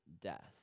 death